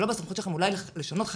זה לא בסמכות שלכם אולי לשנות חקיקה,